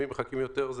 אם מחכים יותר,